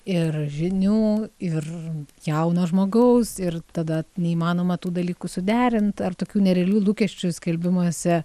ir žinių ir jauno žmogaus ir tada neįmanoma tų dalykų suderint ar tokių nerealių lūkesčių skelbimuose